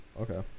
Okay